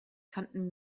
kannten